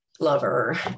lover